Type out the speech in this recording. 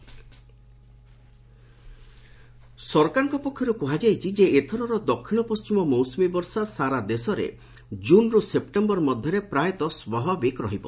drought ସରକାରଙ୍କ ପକ୍ଷରୁ କୁହାଯାଇଛି ଯେ ଏଥରର ଦକ୍ଷିଣ ପଶ୍ଚିମ ମୌସୁମୀ ବର୍ଷା ସାରା ଦେଶରେ ଜୁନ୍ରୁ ସେପ୍ଟେମ୍ବର ମଧ୍ୟରେ ପ୍ରାୟତଃ ସ୍ୱାଭାବିକ ରହିବ